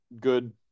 good